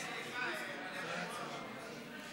סעיפים 1 7 עברו ברוב של 46,